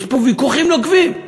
יש פה ויכוחים נוקבים,